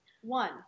One